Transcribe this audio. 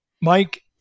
Mike